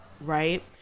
right